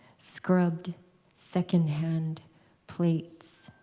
scrubbed second-hand plates.